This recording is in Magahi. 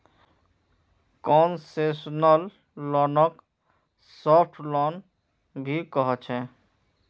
कोन्सेसनल लोनक साफ्ट लोन भी कह छे